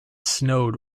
snowed